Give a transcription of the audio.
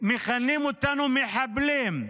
ומכנים אותנו "מחבלים".